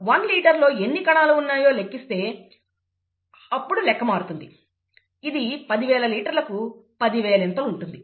అదే గనుక 1 L లో ఎన్ని కణాలు ఉన్నాయో లెక్కిస్తే అప్పుడు లెక్క మారుతుంది ఇది పదివేల లీటర్లకు పదివేలింతలు ఉంటుంది